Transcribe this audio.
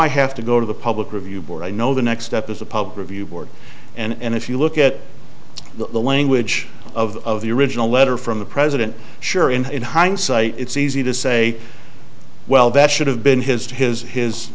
i have to go to the public review board i know the next step is a public review board and if you look at the language of the original letter from the president sure and in hindsight it's easy to say well that should have been his to his his